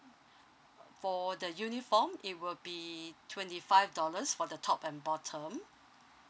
for the uniform it will be twenty five dollars for the top and bottom